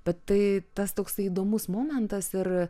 bet tai tas toksai įdomus momentas ir